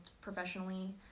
professionally